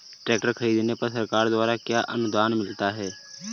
Tractor खरीदने पर सरकार द्वारा क्या अनुदान मिलता है?